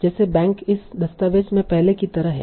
जैसे बैंक इस दस्तावेज़ में पहले की तरह है